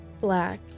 black